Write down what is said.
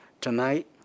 Tonight